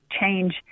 change